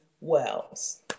Wells